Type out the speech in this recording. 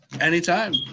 anytime